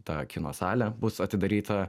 ta kino salė bus atidaryta